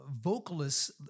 vocalists